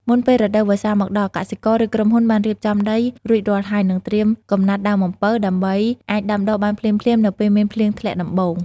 មុនពេលរដូវវស្សាមកដល់ កសិករ ឬក្រុមហ៊ុនបានរៀបចំដីរួចរាល់ហើយ និងត្រៀមកំណាត់ដើមអំពៅ ដើម្បីអាចដាំដុះបានភ្លាមៗនៅពេលមានភ្លៀងធ្លាក់ដំបូង។